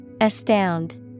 Astound